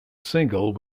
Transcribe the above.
single